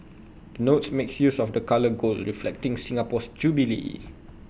the notes makes use of the colour gold reflecting Singapore's jubilee